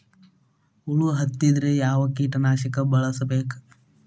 ಹುಳು ಹತ್ತಿದ್ರೆ ಯಾವ ಕೇಟನಾಶಕ ಬಳಸಬೇಕ?